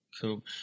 Cool